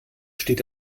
steht